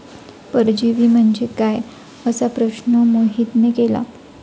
परजीवी म्हणजे काय? असा प्रश्न मोहितने केला